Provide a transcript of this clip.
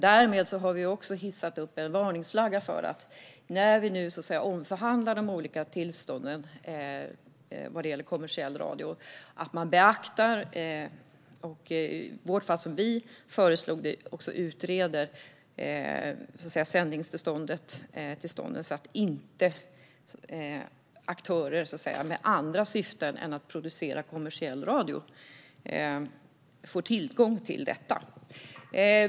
Därmed har vi också hissat en varningsflagga som innebär att vi vill att man ska beakta och, som vi föreslog, utreda sändningstillstånden, så att aktörer med andra syften än att producera kommersiell radio inte får tillgång till dem.